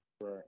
Right